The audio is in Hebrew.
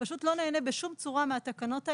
פשוט לא נהנה בשום צורה מהתקנות האלה.